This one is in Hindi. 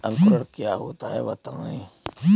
अंकुरण क्या होता है बताएँ?